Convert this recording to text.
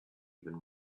even